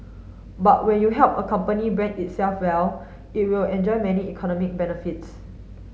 but when you help a company brand itself well it will enjoy many economic benefits